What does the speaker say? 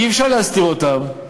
אי-אפשר להסתיר אותם.